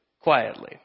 quietly